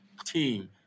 team